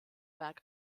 berg